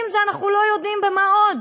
ואם אנחנו לא יודעים במה עוד.